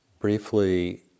Briefly